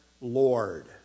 Lord